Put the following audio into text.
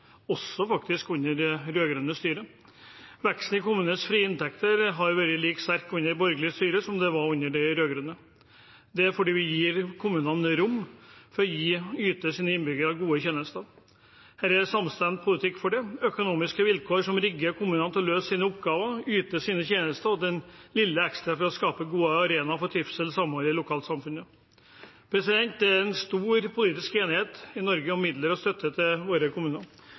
også under det rød-grønne styret. Veksten i kommunenes frie inntekter har vært like sterk under borgerlig styre som den var under de rød-grønne. Det er fordi vi gir kommunene rom til å yte sine innbyggere gode tjenester. Det er en samstemt politikk for det: økonomiske vilkår som rigger kommunene til å løse sine oppgaver, yte sine tjenester og det lille ekstra for å skape gode arenaer for trivsel og samhold i lokalsamfunnet. Det er stor politisk enighet i Norge om midler og støtte til våre kommuner.